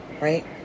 Right